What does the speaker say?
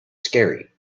scary